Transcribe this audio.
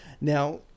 now